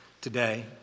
today